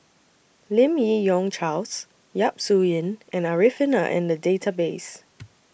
Lim Yi Yong Charles Yap Su Yin and Arifin Are in The Database